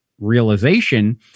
realization